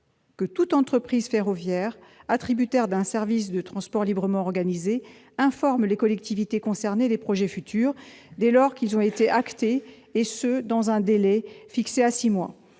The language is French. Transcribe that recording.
que toute entreprise ferroviaire attributaire d'un service de transport librement organisé informe les collectivités concernées des projets, dès lors que ceux-ci ont été actés, dans un délai fixé à six mois.